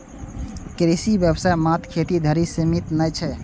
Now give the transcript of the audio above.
कृषि व्यवसाय मात्र खेती धरि सीमित नै छै